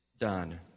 Done